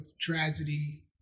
tragedy